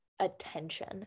attention